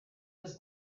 was